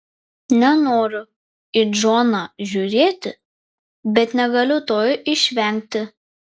nenoriu į džoną žiūrėti bet negaliu to išvengti